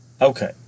Okay